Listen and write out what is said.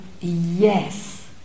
yes